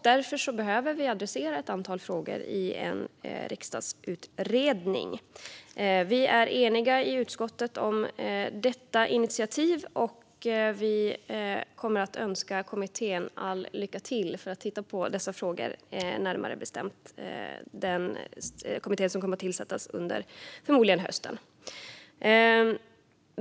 Därför behöver vi adressera ett antal frågor i en riksdagsutredning. Vi är eniga i utskottet om detta initiativ. Vi kommer att önska kommittén som ska titta på dessa frågor all lycka till. Kommittén kommer förmodligen att tillsättas under hösten.